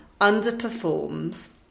underperforms